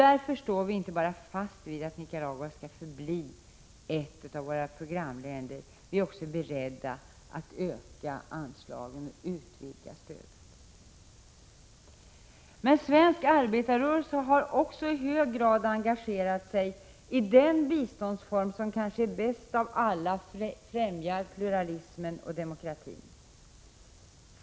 Därför står vi inte bara fast vid att Nicaragua skall förbli ett av våra programländer, utan vi är också beredda att öka anslagen och utvidga stödet. Svensk arbetarrörelse har också i hög grad engagerat sig i den biståndsform som kanske bäst av alla främjar pluralism och demokrati.